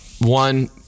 One